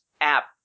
app